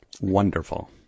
Wonderful